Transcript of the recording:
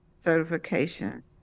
certification